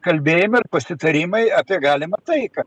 kalbėjimai ar pasitarimai apie galimą taiką